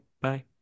bye